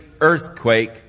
earthquake